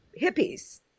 hippies